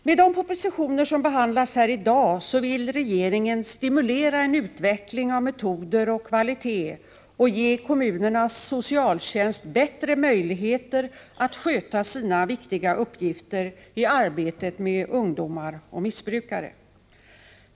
Med de propositioner som behandlas i dag vill regeringen stimulera en utveckling av metoder och kvalitet och ge kommunernas socialtjänst bättre möjligheter att sköta sina viktiga uppgifter i arbetet med ungdomar och missbrukare.